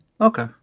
okay